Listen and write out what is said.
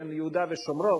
יהודה ושומרון,